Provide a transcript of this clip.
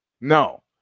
No